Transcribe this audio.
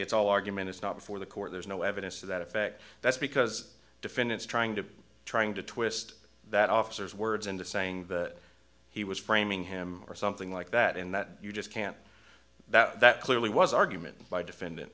it's all argument it's not before the court there's no evidence to that effect that's because defendants trying to trying to twist that officer's words into saying that he was framing him or something like that in that you just can't that clearly was argument by defendant